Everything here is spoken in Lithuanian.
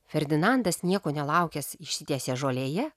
ferdinandas nieko nelaukęs išsitiesė žolėje